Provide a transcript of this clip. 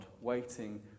waiting